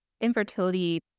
infertility